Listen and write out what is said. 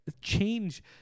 change